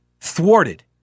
thwarted